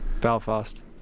Belfast